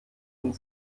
und